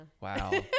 wow